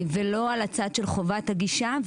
ולא לצד של חובת הגישה.